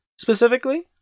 specifically